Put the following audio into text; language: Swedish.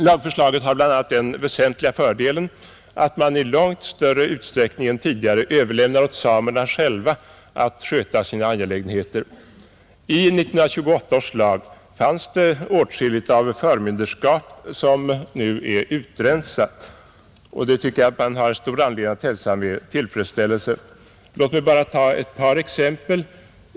Lagförslaget har bl.a. den väsentliga fördelen att man i långt större utsträckning än tidigare överlämnar åt samerna själva att sköta sina angelägenheter, I 1928 års lag fanns det åtskilligt av förmynderskap som nu är utrensat, och det tycker jag att man har stor anledning att hälsa med tillfredsställelse, Låt mig bara ta ett par exempel.